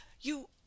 You—